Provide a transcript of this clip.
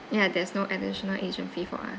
ya there's no additional agent fee for us